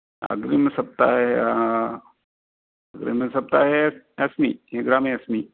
अग्रिमसप्ताहे अग्रिमसप्ताहे अस्मि ग्रामे अस्मि